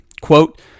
Quote